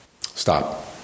Stop